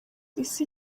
isi